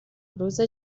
روز